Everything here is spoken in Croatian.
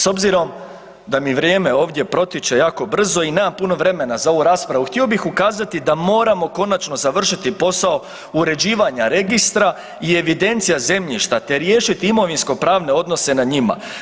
S obzirom da mi vrijeme ovdje protječe jako brzo i nemam puno vremena za ovu raspravu, htio bi ukazati da moramo konačno završiti posao uređivanja registra i evidencija zemljišta, te riješiti imovinsko pravne odnose na njima.